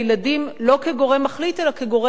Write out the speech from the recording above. לא כגורם מחליט אלא כגורם מנהל.